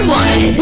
one